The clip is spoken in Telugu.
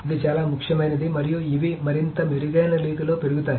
ఇది చాలా ముఖ్యమైనది మరియు ఇవి మరింత మెరుగైన రీతిలో పెరుగుతాయి